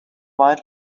might